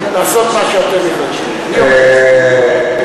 נוכל למחות כמה שנרצה, אבל הוא יאושר, אני מודה.